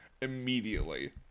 immediately